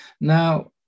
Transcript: Now